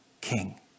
king